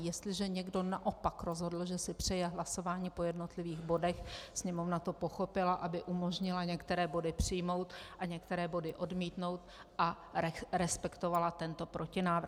Jestliže někdo naopak rozhodl, že si přeje hlasování po jednotlivých bodech, Sněmovna to pochopila, aby umožnila některé body přijmout a některé body odmítnout, a respektovala tento protinávrh.